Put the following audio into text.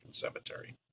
Cemetery